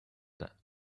that